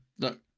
Look